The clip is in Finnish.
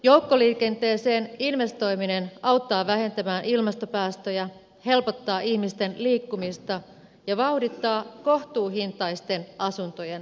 joukkoliikenteeseen investoiminen auttaa vähentämään ilmastopäästöjä helpottaa ihmisten liikkumista ja vauhdittaa kohtuuhintaisten asuntojen rakentamista